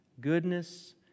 goodness